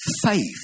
faith